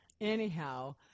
anyhow